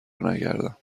نگردم